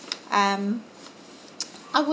um I would